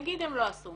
נגיד הם לא עשו.